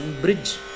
bridge